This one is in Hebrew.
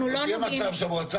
אנחנו לא נוגעים --- יהיה מצב שהמועצה